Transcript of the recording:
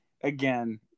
again